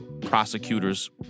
prosecutors